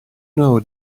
know